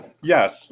yes